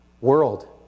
world